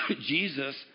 Jesus